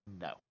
no